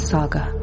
Saga